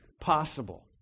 possible